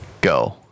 go